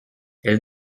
elle